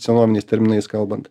senoviniais terminais kalbant